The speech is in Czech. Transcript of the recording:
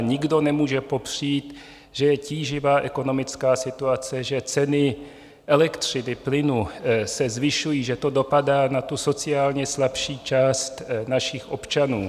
Nikdo nemůže popřít, že je tíživá ekonomická situace, že ceny elektřiny, plynu se zvyšují, že to dopadá na sociálně slabší část našich občanů.